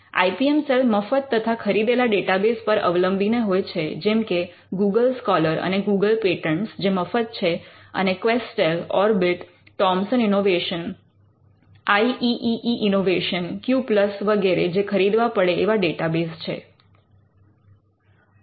I P M cell મફત તથા ખરીદેલા ડેટાબેઝ પર અવલંબીને હોય છે જેમ કે ગૂગલ સ્કૉલર અને ગૂગલ પેટન્ટ્સ જે મફત છે અને Questel Orbit Thomson Innovation I E E E Innovation Q Plus વગેરે જે ખરીદવા પડે એવા ડેટાબેઝ છે